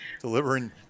delivering